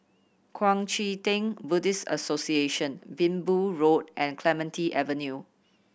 Kuang Chee Tng Buddhist Association Minbu Road and Clementi Avenue